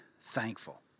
thankful